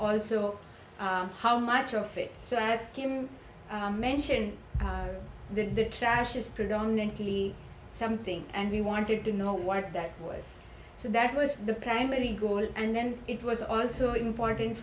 also how much of it so i ask him mention the trash is predominantly something and we wanted to know what that was so that was the primary goal and then it was also important